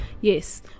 Yes